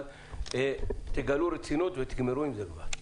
אבל תגלו רצינות ותגמרו עם זה כבר.